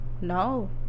No